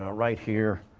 ah right here,